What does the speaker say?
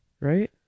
right